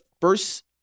first